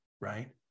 right